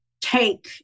take